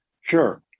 Sure